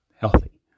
healthy